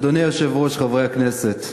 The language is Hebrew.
אדוני היושב-ראש, חברי הכנסת,